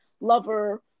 lover